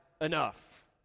enough